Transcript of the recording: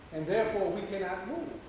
and, therefore, we cannot move.